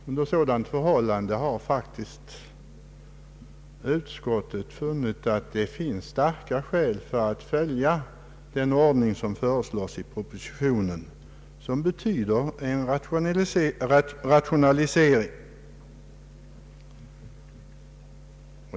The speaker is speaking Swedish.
Under sådana förhållanden har utskottsmajoriteten funnit att det finns starka skäl att följa den ordning som föreslås i propositionen och som innebär en rationalisering.